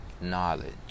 knowledge